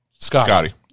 Scotty